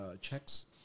checks